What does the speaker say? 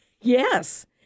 Yes